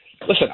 listen